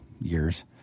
years